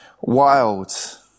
wild